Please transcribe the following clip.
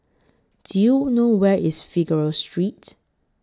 Do YOU know Where IS Figaro Street